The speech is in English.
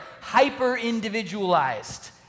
hyper-individualized